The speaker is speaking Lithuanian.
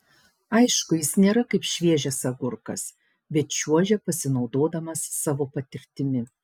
aišku jis nėra kaip šviežias agurkas bet čiuožia pasinaudodamas savo patirtimi